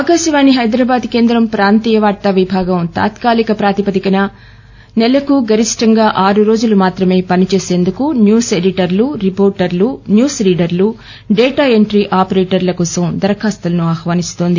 ఆకాశవాణి ప్రాదరాబాద్ కేంద్రం ప్రాంతీయ వార్తా విభాగం తాత్కాలిక ప్రాతిపదికన నెకు గరిష్టంగా ఆరు రోజు మాత్రమే పని చేసేందుకు న్యూస్ ఎడిటర్లు రిపోర్టర్లు న్యూస్ రీడర్లు డేటా ఎంట్రీ ఆపరేటర్లు కోసం దరఖాస్తును ఆహ్వానిస్తోంది